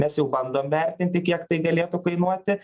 mes jau bandom vertinti kiek tai galėtų kainuoti